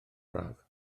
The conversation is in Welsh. braf